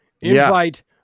Invite